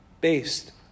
based